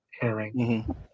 hearing